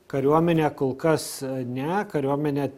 kariuomenė kol kas ne kariuomenė